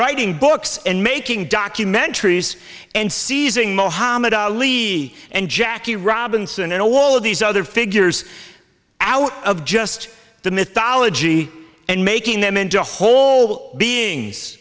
writing books and making documentaries and seizing mohammad ali and jackie robinson and all of these other figures out of just the mythology and making them and just whole beings